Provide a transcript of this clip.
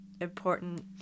important